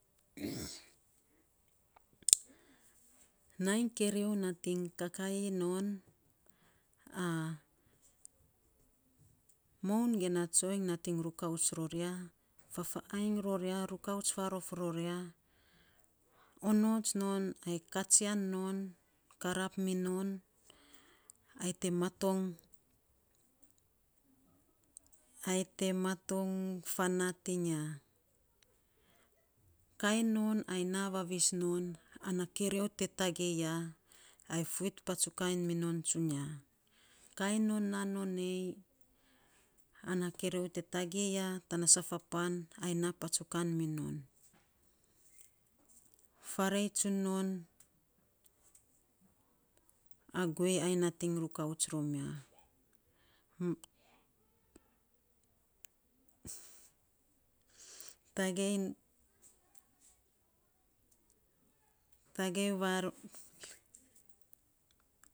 nainy keriou nating kakaii non moun ge na tsoiny nating rukauts ror ya, fafa ainy ror ya, onots non ai katsian non karap minon ai te maton ai te maton fa nat iny ya. kainon ai aa vavis non an na kerio tagei ya, ai fuit patsukan minon tsunia, kain non na nan ayei, ana korio tagei ya ai naa patsukan munon faarei tsun non, a guei ain nating rukauts rom ya tagei tagei